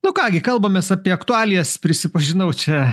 nu ką gi kalbamės apie aktualijas prisipažinau čia